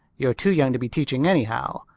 you're too young to be teaching anyhow.